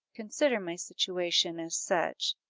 consider my situation as such.